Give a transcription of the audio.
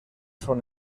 són